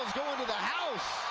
to the house!